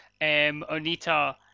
Onita